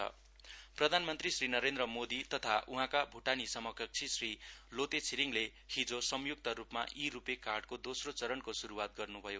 भूटान प्रधानमन्त्री श्री नरेन्द्र मोदी तथा उहाँका भूटानी समकक्षी श्री लोटे छिरिङले हिजो संयुक्त रूपमा ई रूपे कार्डको दोस्रो चरणको शुरुवात गर्नुभयो